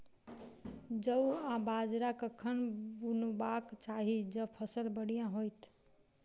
जौ आ बाजरा कखन बुनबाक चाहि जँ फसल बढ़िया होइत?